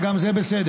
וגם זה בסדר,